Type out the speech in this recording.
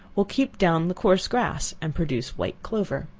will keep down the coarse grass, and produce white clover.